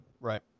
Right